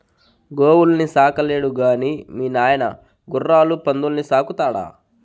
గోవుల్ని సాకలేడు గాని మీ నాయన గుర్రాలు పందుల్ని సాకుతాడా